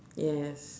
yes